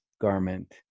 garment